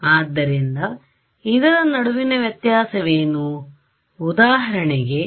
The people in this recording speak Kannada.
ಆದ್ದರಿಂದ ಇದರ ನಡುವಿನ ವ್ಯತ್ಯಾಸವೇನು ಆದ್ದರಿಂದ ಉದಾಹರಣೆಗೆ ಇದು